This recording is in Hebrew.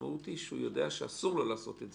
איכשהו זה נשקל בדבר הזה.